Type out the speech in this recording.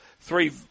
Three